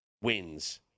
wins